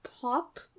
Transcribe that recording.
pop